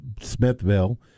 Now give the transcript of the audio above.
Smithville